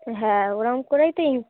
হ্যাঁ ওরকম করেই তো ইন